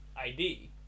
ID